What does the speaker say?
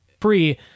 free